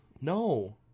No